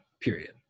period